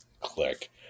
click